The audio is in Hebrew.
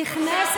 מה עם הפריפריה?